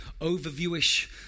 overviewish